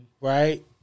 right